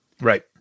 Right